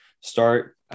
start